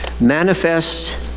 manifest